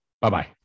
Bye-bye